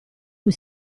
cui